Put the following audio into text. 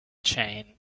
jane